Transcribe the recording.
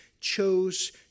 chose